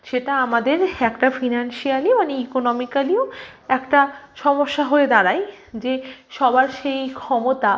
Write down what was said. সেটা আমাদের একটা ফিনান্সিয়ালি মানে ইকোনমিকালিও একটা সমস্যা হয়ে দাঁড়ায় যে সবার সেই ক্ষমতা